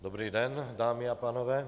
Dobrý den, dámy a pánové.